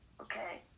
okay